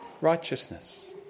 righteousness